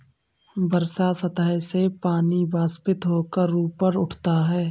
वर्षा सतह से पानी वाष्पित होकर ऊपर उठता है